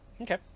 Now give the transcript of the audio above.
Okay